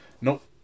nope